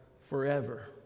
forever